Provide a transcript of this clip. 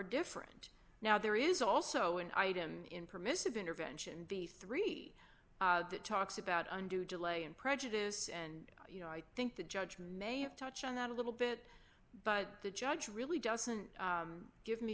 different now there is also an item in permissive intervention b three that talks about undue delay and prejudice and you know i think the judge may have touched on that a little bit but the judge really doesn't give me